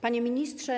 Panie Ministrze!